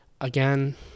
again